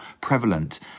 prevalent